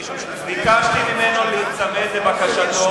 ביקשתי ממנו להיצמד לבקשתו